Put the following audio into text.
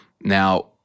now